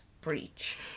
breach